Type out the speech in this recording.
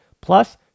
Plus